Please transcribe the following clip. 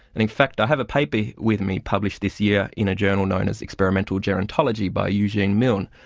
and in fact i have a paper with me published this year in a journal known as experimental gerontology by eugene milne,